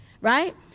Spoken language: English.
right